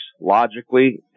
logically